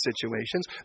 situations